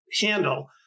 handle